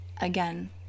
again